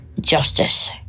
justice